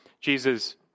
Jesus